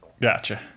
Gotcha